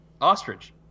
Ostrich